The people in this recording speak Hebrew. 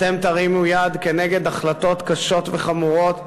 אתם תרימו יד נגד החלטות קשות וחמורות,